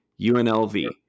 UNLV